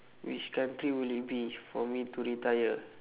which country would it be for me to retire